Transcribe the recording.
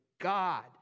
god